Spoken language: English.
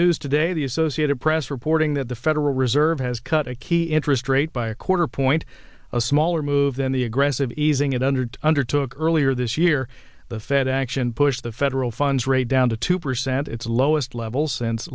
news today the associated press reporting that the federal reserve has cut a key interest rate by a quarter point a smaller move than the aggressive easing it under undertook earlier this year the fed action pushed the federal funds rate down to two percent its lowest level s